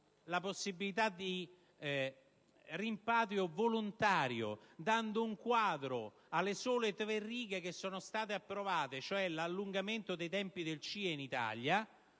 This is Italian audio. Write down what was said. la possibilità di rimpatrio volontario, in cui si enfatizza, nelle sole tre righe che sono state approvate, l'allungamento dei tempi del CIE in Italia